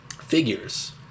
figures